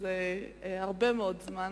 זה הרבה מאוד זמן,